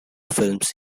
films